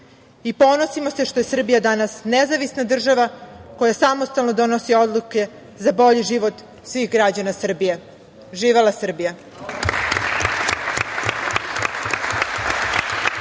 i ponosimo se što je Srbija danas nezavisna država koja samostalno donosi odluke za bolji život svih građana Srbije. Živela Srbija.